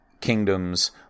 kingdoms